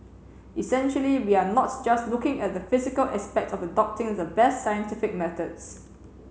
essentially we are not just looking at the physical aspect of adopting the best scientific methods